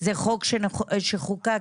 עד שאתם מחליטים,